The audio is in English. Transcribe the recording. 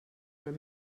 were